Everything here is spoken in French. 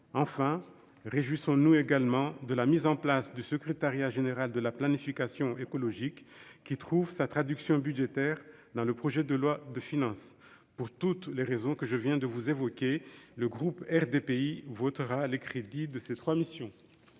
Enfin, réjouissons-nous également de la mise en place du secrétariat général à la planification écologique, qui trouve sa traduction budgétaire dans ce projet de loi de finances. Pour toutes les raisons que je viens d'évoquer, le groupe RDPI votera les crédits de ces trois missions.